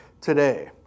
today